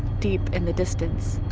deep in the distance.